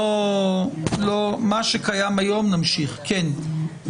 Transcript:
מה שקיים היום, נמשיך בו.